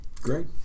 Great